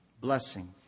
blessing